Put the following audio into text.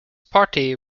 party